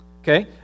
Okay